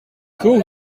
koe